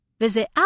Visit